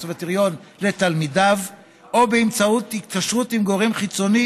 הקונסרבטוריון לתלמידיו או באמצעות התקשרות עם גורם חיצוני